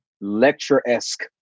lecture-esque